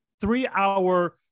three-hour